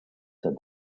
said